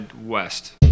West